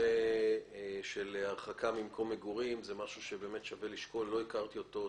הנושא של הרחקה ממקום מגורים זה משהו ששווה לשקול להכניס לפה,